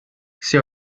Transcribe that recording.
see